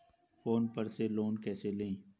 Phone पर से loan कैसे लें?